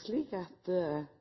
slik at det var ein slik